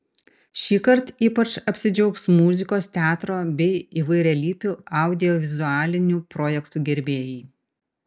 šįkart ypač apsidžiaugs muzikos teatro bei įvairialypių audiovizualinių projektų gerbėjai